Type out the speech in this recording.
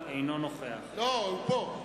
אינו נוכח לא, הוא פה.